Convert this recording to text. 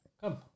Come